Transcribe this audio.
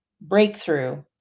breakthrough